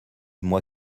moi